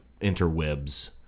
interwebs